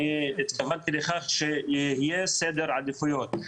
אני התכוונתי לכך שיהיה סדר עדיפויות.